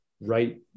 right